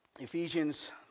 Ephesians